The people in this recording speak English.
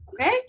Okay